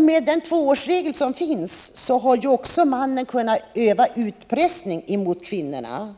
Med den tvåårsregel som finns har mannen också kunnat utöva utpressning mot kvinnorna.